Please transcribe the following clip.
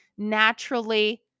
Naturally